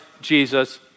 Jesus